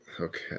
Okay